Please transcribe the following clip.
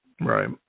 Right